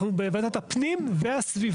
לכן אנחנו מבחינתנו מעדיפים בהחלט את קבורת השדה.